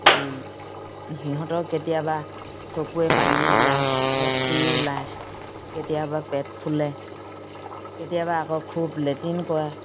এই সিহঁতক কেতিয়াবা চকুৱে পানী ওলায় ফেচকুৰি ওলায় কেতিয়াবা পেট ফুলে কেতিয়াবা আকৌ খুব লেট্ৰিন কৰে